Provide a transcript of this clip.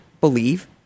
believe